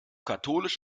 katholisch